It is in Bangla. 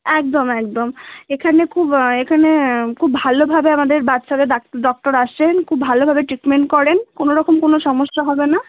একদম একদম এখানে খুব এখানে খুব ভালোভাবে আমাদের বাচ্চাদের দাক ডক্টর আসেন খুব ভালোভাবে ট্রিটমেন্ট করেন কোনো রকম কোনো সমস্যা হবে না